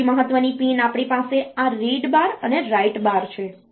બીજી મહત્વની પિન આપણી પાસે આ રીડ બાર અને રાઈટ બાર છે